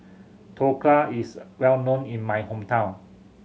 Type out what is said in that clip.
dhokla is a well known in my hometown